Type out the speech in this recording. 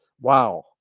Wow